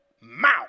mouth